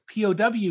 POW